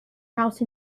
house